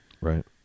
Right